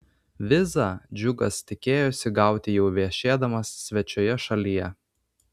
vizą džiugas tikėjosi gauti jau viešėdamas svečioje šalyje